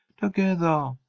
together